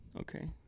Okay